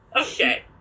Okay